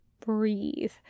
Breathe